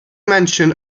mention